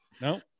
No